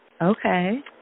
Okay